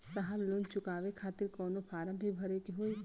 साहब लोन चुकावे खातिर कवनो फार्म भी भरे के होइ?